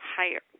higher